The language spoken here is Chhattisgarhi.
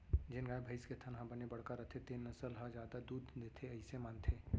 जेन गाय, भईंस के थन ह बने बड़का रथे तेन नसल ह जादा दूद देथे अइसे मानथें